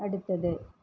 அடுத்தது